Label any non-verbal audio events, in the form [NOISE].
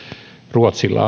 ruotsilla [UNINTELLIGIBLE]